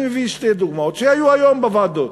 אני אביא שתי דוגמאות שהיו היום בוועדות: